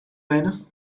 lenen